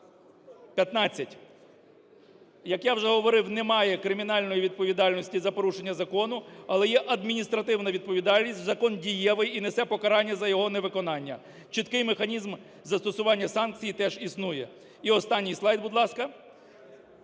15. Як я вже говорив, немає кримінальної відповідальності за порушення закону, але є адміністративна відповідальність, закон дієвий і несе покарання за його невиконання. Чіткий механізм застосування санкцій теж існує. І останній слайд, будь ласка,